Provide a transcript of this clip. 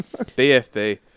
BFB